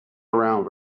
around